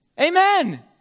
Amen